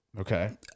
Okay